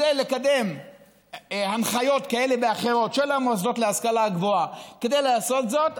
לקדם הנחיות כאלה ואחרות של המוסדות להשכלה גבוהה כדי לעשות זאת,